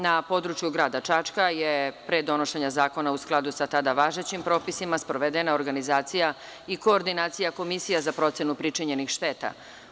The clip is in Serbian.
Na području grada Čačka je pre donošenja zakona u skladu sa tada važećim propisima sprovedena organizacija i koordinacija komisija za procenu pričinjenih šteta.